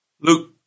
Luke